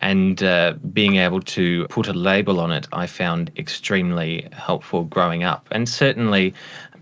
and ah being able to put a label on it i found extremely helpful growing up. and certainly